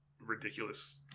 ridiculous